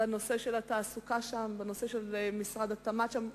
בנושא של התעסוקה שם, בנושא של משרד התמ"ת שם.